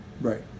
Right